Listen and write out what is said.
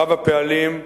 רב-הפעלים,